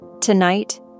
Tonight